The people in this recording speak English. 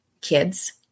kids